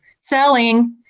selling